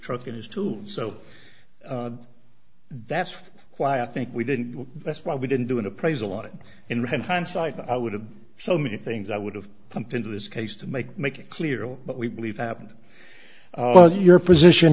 truck and his tools so that's why i think we didn't that's why we didn't do an appraisal on it in hindsight i would have so many things i would have pumped into his case to make make it clear what we believe happened well your position